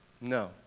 No